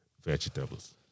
vegetables